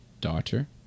daughter